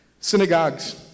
synagogues